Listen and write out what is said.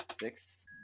six